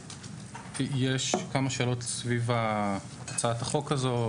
יש כמה שאלות סביב הצעת החוק הזו,